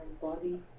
body